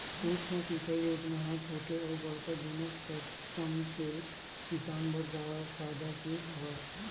सुक्ष्म सिंचई योजना ह छोटे अउ बड़का दुनो कसम के किसान बर फायदा के हवय